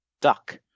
Duck